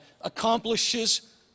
accomplishes